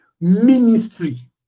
ministry